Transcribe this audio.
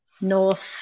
north